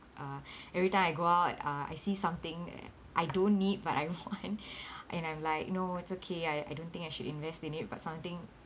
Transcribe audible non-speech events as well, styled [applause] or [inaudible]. uh [breath] every time I go out uh I see something and I don't need but I want [laughs] [breath] and I'm like you know it's okay I I don't think I should invest in it but something